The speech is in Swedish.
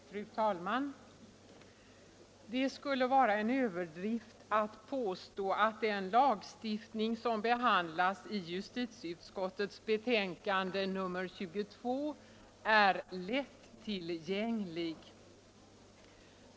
Fru talman! Det skulle vara en överdrift att påstå att den lagstiftning som behandlas i justitieutskottets betänkande nr 22 är lättillgänglig.